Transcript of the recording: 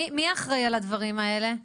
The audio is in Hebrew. מי אחראי על הדברים האלה במעון?